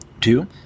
Two